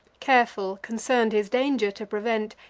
careful, concern'd his danger to prevent,